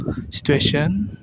situation